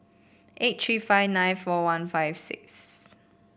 eight three five nine four one five six